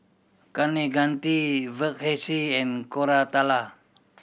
Kaneganti Verghese and Koratala